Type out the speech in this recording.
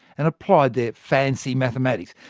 and applied their fancy mathematics.